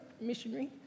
missionary